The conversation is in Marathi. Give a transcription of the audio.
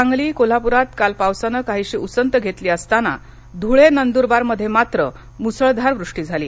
सांगली कोल्हापुरात काल पावसानं काहीशी उसंत घेतली असताना धुळे नंद्रबारमध्ये मात्र मुसळधार वृष्टी झाली